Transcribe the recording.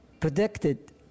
predicted